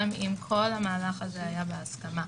גם אם כל המהלך הזה היה בהסכמה.